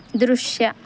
ದೃಶ್ಯ